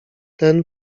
ten